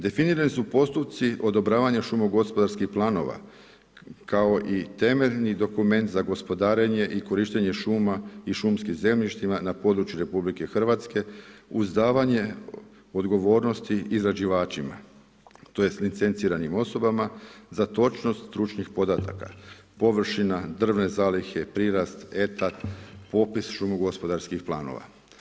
Definirani su postupci odobravanja šumo gospodarskih planova, kao i temeljni dokument za gospodarenje i korištenje šumama i šumskih zemljištima na području RH, uz davanje odgovornosti izrađivačima, tj. licenciranim osobama za točnost stručnih podataka, površina, drvne zalihe, prirast, eta, popis šumo gospodarskih planova.